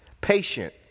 patient